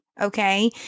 okay